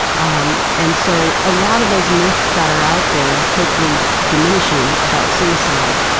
um and so a lot of those myths that are out there, hopefully diminishing, about suicide,